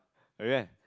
really meh